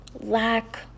lack